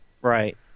Right